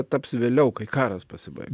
taps vėliau kai karas pasibaigs